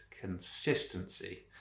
consistency